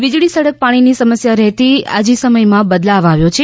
વીજળી સડક પાણીની સમસ્યા રહેતી આજે સમયમાં બદલાવ આવ્યો છે